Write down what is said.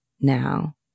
now